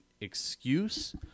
excuse